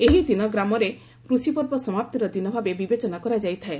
ଏହି ଦିନ ଗ୍ରାମରେ କୃଷିପର୍ବ ସମାପ୍ତିର ଦିନଭାବେ ବିବେଚନା କରାଯାଇଥାଏ